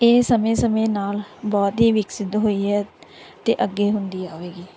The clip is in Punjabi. ਇਹ ਸਮੇਂ ਸਮੇਂ ਨਾਲ ਬਹੁਤ ਹੀ ਵਿਕਸਿਤ ਹੋਈ ਹੈ ਅਤੇ ਅੱਗੇ ਹੁੰਦੀ ਆਵੇਗੀ